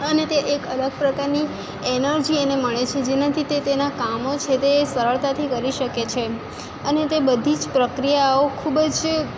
અને તે એક અલગ પ્રકારની એનર્જી એને મળે છે જેનાથી તે તેના કામો છે તે સરળતાથી કરી શકે છે અને તે બધી જ પ્રક્રિયાઓ ખૂબ જ